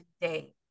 today